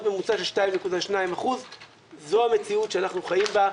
ממוצע של 2.2%. זו המציאות שאנחנו חיים בה,